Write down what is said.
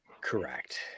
correct